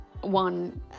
one